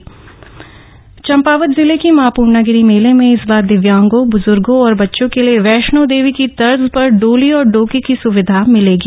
पुर्णागिरी मेला चम्पावत जिले की मां पूर्णागिरि मेले में इस बार दिव्यांगों ब्जूर्गो और बच्चों के लिए वैष्णो देवी की तर्ज पर डोली और डोके की सुविधा मिलेगी